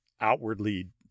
outwardly